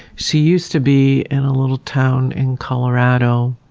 she used to be in a little town in colorado.